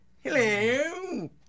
Hello